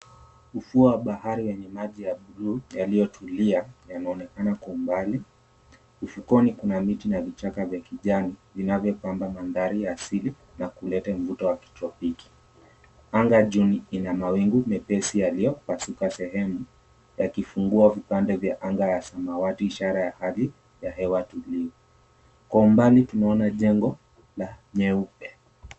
Ufuo wa bahari maji ya blue yaliyotulia yanayoonekana kwa umbali. Ufukweni kuna miti na vichaka vya kijani vinavyopamba mandhari ya asili na kuleta mvuto wa kitropiki. Anga juu ina mawingu mepesi yaliyopasuka sehemu yakifungua vipande vya anga ya samawati ishara ya hali ya tulivu, kwa umbali tunaona jengo la nyeupe.